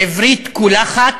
בעברית קולחת,